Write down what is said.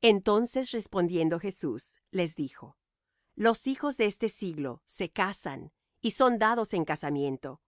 entonces respondiendo jesús les dijo los hijos de este siglo se casan y son dados en casamiento